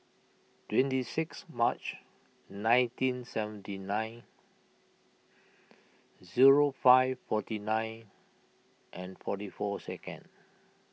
twenty six March nineteen seventy nine zero five forty nine and forty four second